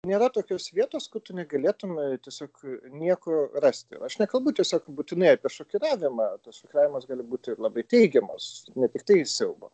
nėra tokios vietos kur tu negalėtumei tiesiog nieko rasti aš nekalbu tiesiog būtinai apie šokiravimą šokiravimas gali būti ir labai teigiamas ne tiktai siaubo